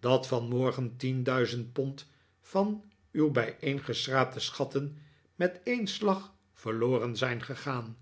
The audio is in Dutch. dat vanmorgen tien duizend pond van uw bijeengeschraapte schatten met een slag verloren zijn gegaan